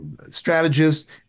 strategists